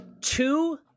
Two